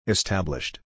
Established